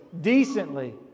decently